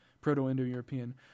Proto-Indo-European